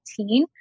2018